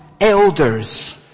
elders